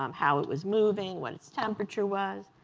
um how it was moving, what its temperature was.